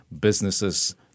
businesses